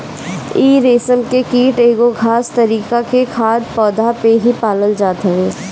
इ रेशम के कीट एगो खास तरीका के खाद्य पौधा पे ही पालल जात हवे